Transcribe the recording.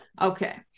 Okay